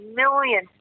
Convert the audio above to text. million